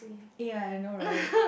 ya I know right